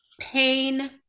pain